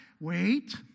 Wait